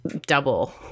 double